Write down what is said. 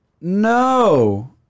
no